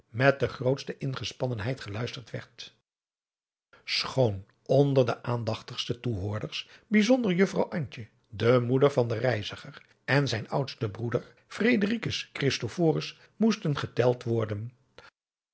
met de grootste ingespannenheid geluisterd werd schoon onder de aandachtigste toehoorders bijzonder juffrouw antje de moeder van den reiziger en zijn oudste broeder fredericus christophorus moesten geteld worden